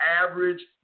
average